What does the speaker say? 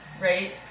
right